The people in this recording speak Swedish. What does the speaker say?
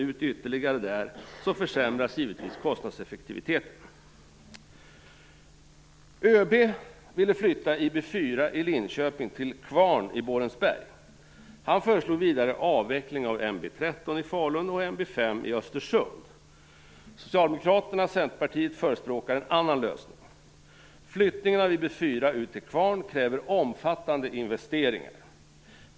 Om verksamheten tunnas ut ytterligare där försämras givetvis kostnadsffektiviteten. Centerpartiet förespråkar en annan lösning. Flyttningen av IB 4 ut till Kvarn kräver omfattande investeringar.